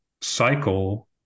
cycle